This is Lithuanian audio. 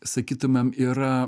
sakytumėm yra